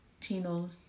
chinos